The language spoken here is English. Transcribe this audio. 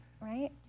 Right